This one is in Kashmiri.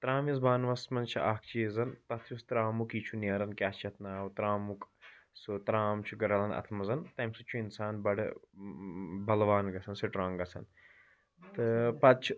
ترٛاموِس بانَس منٛز چھُ اَکھ چیٖز تَتھ یُس ترٛامُک یہِ چھُ نیران کیٛاہ چھُ اَتھ ناو ترٛامُک سُہ ترٛام چھُ رَلان اَتھ منٛز تَمہِ سۭتۍ چھُ اِنسان بَڑٕ بلوان گژھان سٹرانٛگ گژھان تہٕ پَتہٕ چھِ